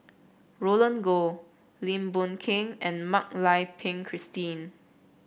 Roland Goh Lim Boon Heng and Mak Lai Peng Christine